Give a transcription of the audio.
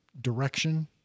direction